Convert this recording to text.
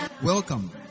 Welcome